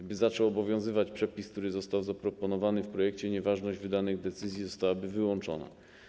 Gdyby zaczął obowiązywać przepis, który został zaproponowany w projekcie, nieważność wydanych decyzji zostałaby wyłączona.